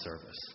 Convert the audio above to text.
service